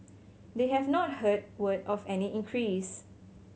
they have not heard word of any increase